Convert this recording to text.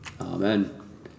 Amen